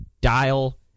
dial